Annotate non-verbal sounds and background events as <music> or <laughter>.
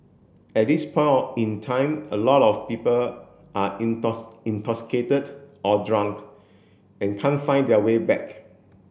at this point in time a lot of people are <unintelligible> intoxicated or drunk and can't find their way back